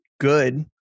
good